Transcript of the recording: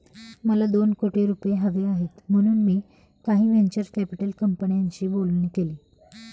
मला दोन कोटी रुपये हवे आहेत म्हणून मी काही व्हेंचर कॅपिटल कंपन्यांशी बोलणी केली